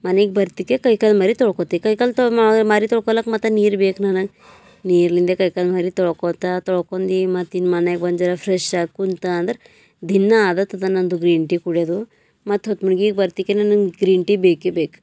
ಮನೀಗೆ ಬರ್ತಿಕೆ ಕೈಕಾಲು ಮೋರೆ ತೊಳ್ಕೋತೆ ಕೈಕಾಲು ತೊಳ್ ಮಾರಿ ತೊಳ್ಕೊಳಕ್ ಮತ್ತೆ ನೀರು ಬೇಕು ನನ್ನ ನೀರ್ಲಿಂದ ಕೈಕಾಲು ಮಾರಿ ತೊಳ್ಕೋತ ತೊಳ್ಕೊಂಡಿ ಮತ್ತೆ ಇನ್ನು ಮನೆಗೆ ಬಂದು ಜರಾ ಫ್ರೆಶ್ ಆಗಿ ಕುಂತ ಅಂದ್ರೆ ದಿನ ಆದತ್ ಅದ ನನ್ನದು ಗ್ರೀನ್ ಟೀ ಕುಡಿಯೋದು ಮತ್ತೆ ಹೊತ್ತು ಮುಗಿಯಕ್ಕೆ ಬರತ್ತಿಗೆ ನಂಗೆ ಗ್ರೀನ್ ಟೀ ಬೇಕೇ ಬೇಕು